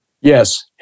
yes